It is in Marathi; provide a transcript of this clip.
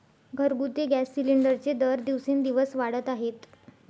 घरगुती गॅस सिलिंडरचे दर दिवसेंदिवस वाढत आहेत